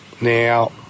Now